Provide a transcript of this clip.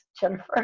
Jennifer